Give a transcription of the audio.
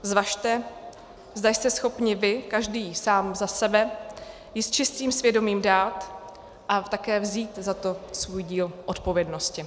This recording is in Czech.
Zvažte, zda jste schopni vy, každý sám za sebe, ji s čistým svědomím dát a také vzít za to svůj díl odpovědnosti.